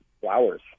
flowers